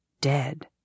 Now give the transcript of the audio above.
Dead